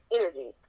energy